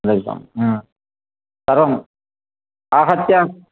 करोमि आहत्य